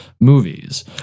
movies